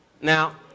Now